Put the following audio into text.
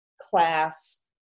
class